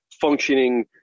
functioning